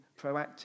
proactive